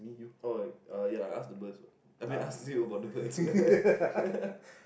oh uh ya ask the bird [what] I mean ask you about the birds